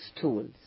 tools